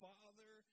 Father